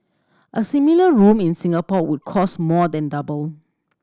a similar room in Singapore would cost more than double